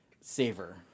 saver